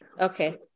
okay